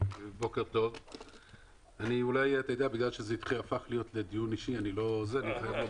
בגלל שזה הפך להיות דיון אישי אני חייב לומר